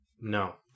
No